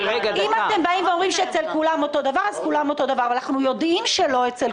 מדובר כאן על הקופה הגדולה ביותר שרוב הציבור אצלה.